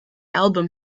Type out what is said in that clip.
album